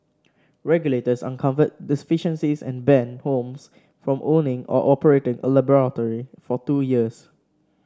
regulators uncovered deficiencies and banned Holmes from owning or operating a laboratory for two years